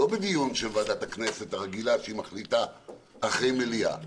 לא בדיון של ועדת הכנסת הרגילה שהיא מחליטה אחרי מליאה,